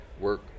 work